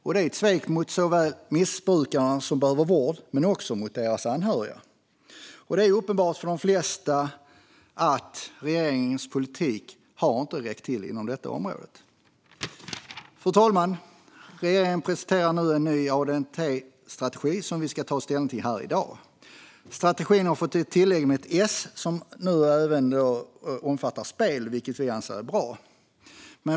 Detta är ett svek mot såväl de missbrukare som behöver vård som mot deras anhöriga. Det är uppenbart för de flesta att regeringens politik inte har räckt till inom detta område. Fru talman! Regeringen presenterar nu en ny ANDT-strategi, som vi ska ta ställning till här i dag. Strategin har fått ett tillägg i form av ett S och omfattar nu även spel, vilket vi anser är bra.